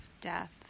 death